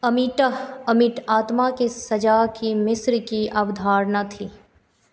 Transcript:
Ammit अमिट आत्मा के सजा की मिस्र की अवधारणा थी